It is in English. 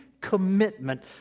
commitment